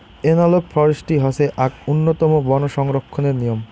analogue forestry হসে আক উন্নতম বন সংরক্ষণের নিয়ম